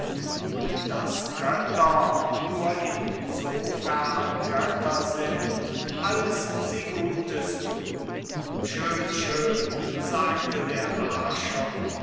und daß götter nur in so fern götter sind als sie gutes tun schön schön sagte der